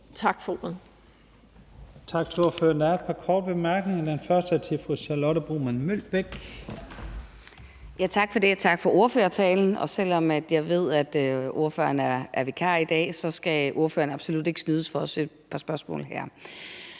Tak til ordføreren.